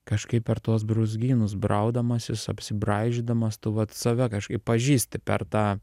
kažkaip per tuos brūzgynus braudamasis apsibraižydamas tu vat save kažkaip pažįsti per tą